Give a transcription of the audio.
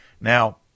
Now